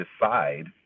decide